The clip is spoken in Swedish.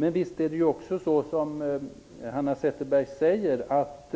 Men visst är det också som Hanna Zetterberg säger att